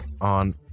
on